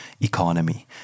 economy